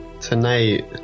tonight